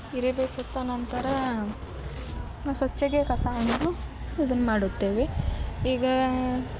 ಇರಿವೆ ಸತ್ತ ನಂತರ ಸ್ವಚ್ಛಗೆ ಕಸವನ್ನು ಇದನ್ನು ಮಾಡುತ್ತೇವೆ ಈಗ